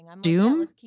doom